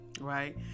right